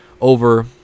over